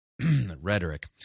Rhetoric